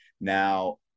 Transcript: Now